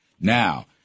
Now